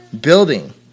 building